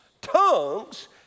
Tongues